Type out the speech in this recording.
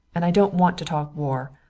and i don't want to talk war.